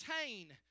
obtain